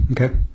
okay